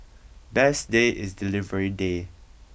best day is delivery day